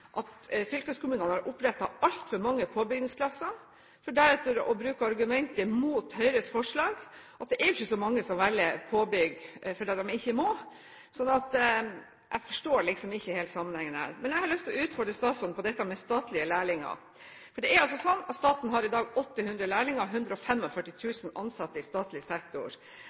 at fylkeskommunene har opprettet altfor mange påbyggingsklasser, for deretter å bruke som argument mot Høyres forslag at det jo ikke er så mange som velger påbygg, fordi de ikke må. Så jeg forstår ikke helt sammenhengen her. Men jeg har lyst til å utfordre statsråden på dette med statlige lærlinger. Det er altså sånn at staten i dag har 800 lærlinger og 145 000 ansatte i statlig sektor.